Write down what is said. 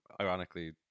ironically